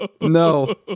No